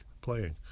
playing